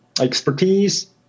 expertise